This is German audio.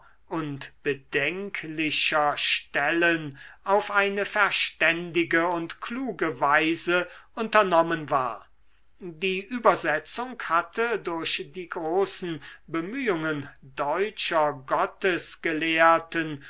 und bedenklicher stellen auf eine verständige und kluge weise unternommen war die übersetzung hatte durch die großen bemühungen deutscher